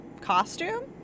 costume